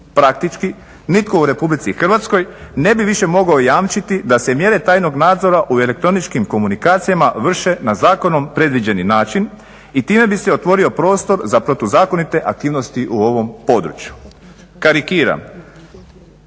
Praktički, nitko u RH ne bi više mogao jamčiti da se mjere tajnog nadzora u elektroničkim komunikacijama vrše na zakonom predviđeni način i time bi se otvorio prostor za protuzakonite aktivnosti u ovom području. Karikiram,